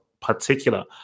particular